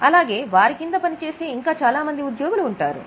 అలాగే వారి కింద పని చేసే చాలా మంది ఉద్యోగులు ఉంటారు